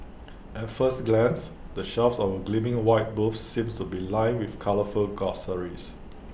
at first glance the shelves of the gleaming white booths seem to be lined with colourful groceries